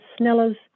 Snellers